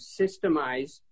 systemize